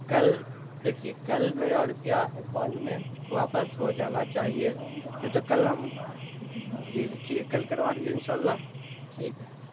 کل دیکھیے کل میرا روپیہ اکاؤنٹ میں واپس ہو جانا چاہیے نہیں تو کل ہم جی جی ٹھیک کل کروا دیجیے انشاء اللہ ٹھیک ہے